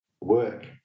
work